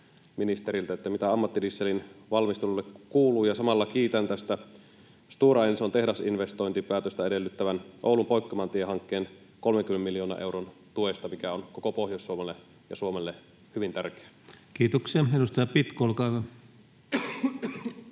ministeriltä: mitä ammattidieselin valmistelulle kuuluu? Samalla kiitän tästä Stora Enson tehdasinvestointipäätöstä edellyttävän Oulun Poikkimaantie-hankkeen 30 miljoonan euron tuesta, mikä on koko Pohjois-Suomelle ja Suomelle hyvin tärkeä. [Speech 498] Speaker: